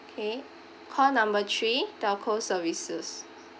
okay call number three telco services